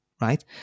right